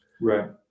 Right